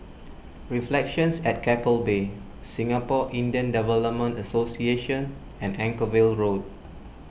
Reflections at Keppel Bay Singapore Indian Development Association and Anchorvale Road